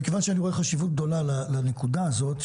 מכיוון שאני רואה חשיבות גדולה לנקודה הזו,